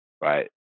Right